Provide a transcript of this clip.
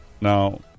Now